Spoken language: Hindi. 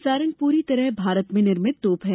सारंग पूरी तरह भारत में निर्मित तोप है